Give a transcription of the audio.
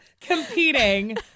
competing